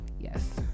yes